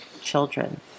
children